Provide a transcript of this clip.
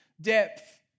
depth